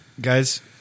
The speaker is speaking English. Guys